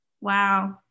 Wow